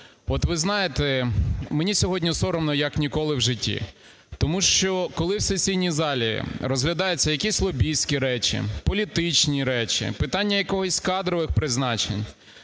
От ви знаєте, мені сьогодні соромно як ніколи в житті, тому що коли в сесійній залі розглядаються якісь лобістські речі, політичні речі, питання якихось кадрових призначень,